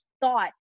thought